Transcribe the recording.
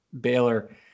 Baylor